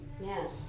Yes